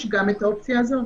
יש גם את האופציה הזאת.